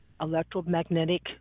electromagnetic